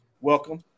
welcome